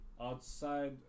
outside